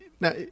now